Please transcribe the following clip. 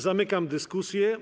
Zamykam dyskusję.